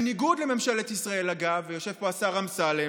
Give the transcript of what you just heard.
בניגוד לממשלת ישראל, אגב, ויושב פה השר אמסלם,